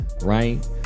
Right